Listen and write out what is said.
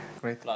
great